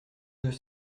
deux